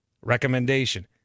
Recommendation